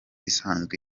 isanzwe